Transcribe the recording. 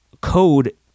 code